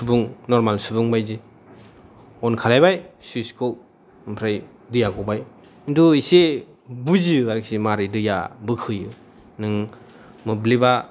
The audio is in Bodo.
नर्मेल सुबुं बायदि अन खालायबाय सुइट्च खौ ओमफ्राय दैआ गबाय खिन्थु आसे बुजियो आरो मारै दैआ बोखोयो नों मोब्लिबा